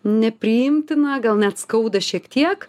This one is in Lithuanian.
nepriimtina gal net skauda šiek tiek